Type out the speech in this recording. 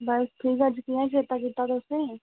बस ठीक अज्ज कियां चेत्ता कीता तुसें